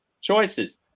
choices